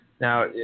Now